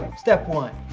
step one